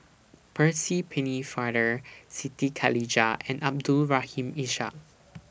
Percy Pennefather Siti Khalijah and Abdul Rahim Ishak